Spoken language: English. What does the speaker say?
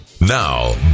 Now